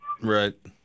Right